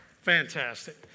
Fantastic